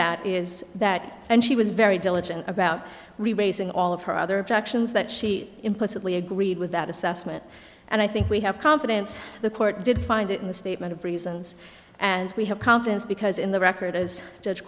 that is that and she was very diligent about raising all of her other objections that she implicitly agreed with that assessment and i think we have confidence the court did find it in the statement of reasons and we have confidence because in the record as judge